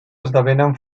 esdevenen